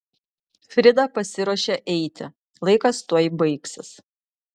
frida pasiruošė eiti laikas tuoj baigsis